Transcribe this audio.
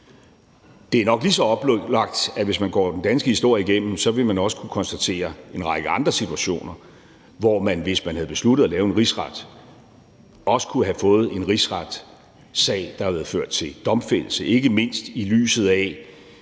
Det er nok lige så oplagt, at hvis man går den danske historie igennem, vil man også kunne konstatere en række andre situationer, hvor man, hvis man havde besluttet at lave en rigsret, også kunne have fået en rigsretssag, der havde ført til domfældelse, ikke mindst i lyset af